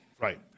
Right